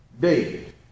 David